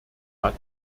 hat